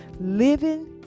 Living